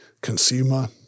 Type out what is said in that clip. consumer